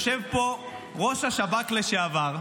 יושב פה ראש השב"כ לשעבר,